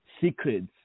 secrets